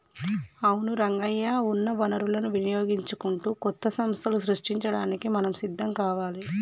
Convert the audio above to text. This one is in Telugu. అవును రంగయ్య ఉన్న వనరులను వినియోగించుకుంటూ కొత్త సంస్థలను సృష్టించడానికి మనం సిద్ధం కావాలి